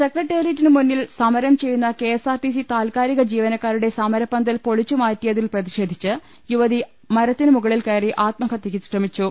സെക്ര ട്ട റിയേറ്റിന് മുന്നിൽ സമരം ചെയ്യുന്ന K S R T C താൽക്കാലിക ജീവനക്കാരുടെ സമരപന്തൽ പൊളിച്ചു മാറ്റിയതിൽ പ്രതിഷേധിച്ച് യുവതി മര ത്തിന് മുകളിൽ കയറി ആത്മഹത്യക്കു ശ്രമിച്ചു